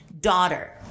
daughter